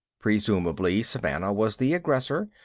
presumably savannah was the aggressor,